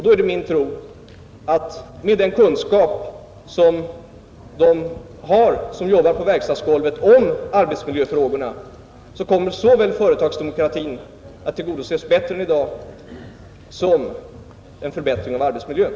Då är det min tro att med den kunskap som de som jobbar på verkstadsgolvet har om arbetsmiljöfrågorna så kommer såväl företagsdemokratin att tillgodoses bättre än i dag som arbetsmiljön att förbättras.